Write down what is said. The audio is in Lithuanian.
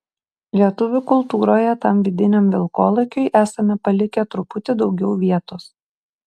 lietuvių kultūroje tam vidiniam vilkolakiui esame palikę truputį daugiau vietos